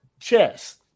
Chess